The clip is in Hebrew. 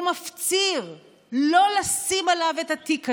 הוא מפציר לא לשים עליו את התיק הזה,